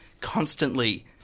constantly